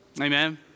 Amen